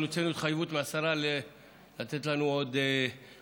אבל הוצאנו התחייבות מהשרה לתת לנו עוד